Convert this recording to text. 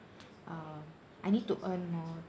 uh I need to earn more